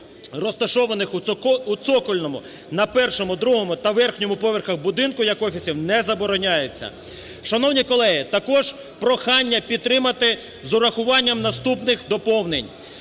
розташованих у цокольному, на першому, та другому та верхньому поверху будинках як офісів, не забороняється. Шановні колеги, також прохання підтримати з урахуванням наступних доповнень.